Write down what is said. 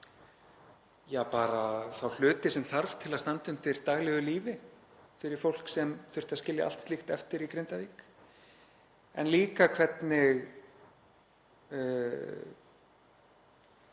ja, bara þá hluti sem þarf til að standa undir daglegu lífi fyrir fólk sem þurfti að skilja allt slíkt eftir í Grindavík en íþróttafélög